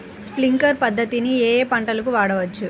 Sprinkler పద్ధతిని ఏ ఏ పంటలకు వాడవచ్చు?